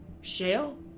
Shale